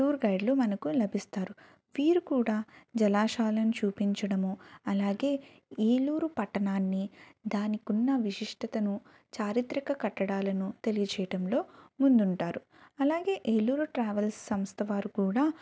tour గైడ్లు మనకు లభిస్తారు వీరు కూడా జలాశయాలను చూపించడము అలాగే ఏలూరు పట్టణాన్ని దానికున్న విశిష్టతను చారిత్రక కట్టడాలను తెలియచేయడంలో ముందుంటారు అలాగే ఏలూరు ట్రావెల్స్ సంస్థవారు కూడా